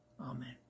Amen